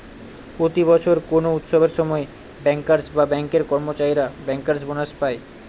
প্রতি বছর কোনো উৎসবের সময় ব্যাঙ্কার্স বা ব্যাঙ্কের কর্মচারীরা ব্যাঙ্কার্স বোনাস পায়